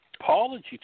apology